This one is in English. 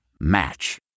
Match